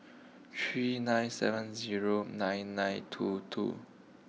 three nine seven zero nine nine two two